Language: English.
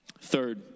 Third